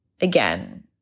again